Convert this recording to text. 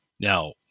Now